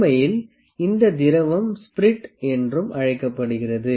உண்மையில் இந்த திரவம் ஸ்பிரிட் என்றும் அழைக்கப்படுகிறது